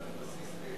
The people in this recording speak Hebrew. על בסיס,